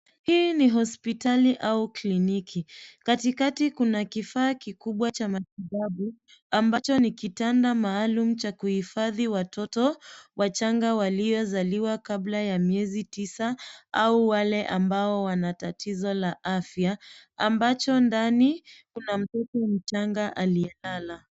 Hii ni hospitali aua kliniki. Katikati kuna kifaa kikubwa cha matibabu ambacho ni kitanda maalum cha kuhifadhi watoto wachanga waliozaliwa kabla ya miezi tisa au wale ambao wana tatizo la afya ambacho ndani kuna mtoto mchanga aliyelala.